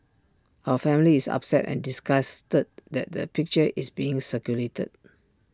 our family is upset and disgusted that the picture is being circulated